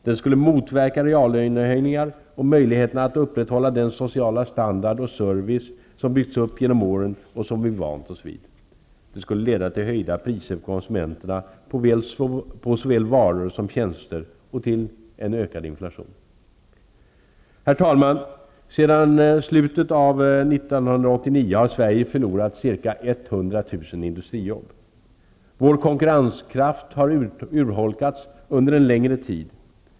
Den skulle motverka reallönehöjningar och möjligheterna att upprätthålla den sociala standard och service som byggts upp genom åren och som vi vant oss vid. Den skulle leda till höjda priser för konsumenterna på såväl varor som tjänster och till en ökad inflation. Herr talman! Sedan slutet av år 1989 har Sverige förlorat ca 100 000 industrijobb. Vår konkurrenskraft har urholkats under en längre period.